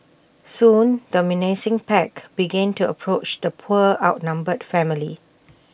soon the menacing pack began to approach the poor outnumbered family